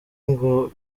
ngo